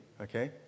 okay